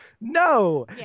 No